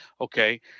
Okay